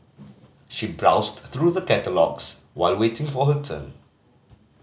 she browsed through the catalogues while waiting for her turn